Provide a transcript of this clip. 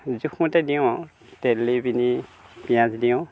জোখমতে দিওঁ আৰু তেল দি পিনি পিঁয়াজ দিওঁ